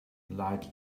light